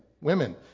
Women